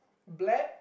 black